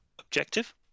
objective